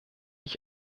ich